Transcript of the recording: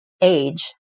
age